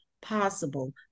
possible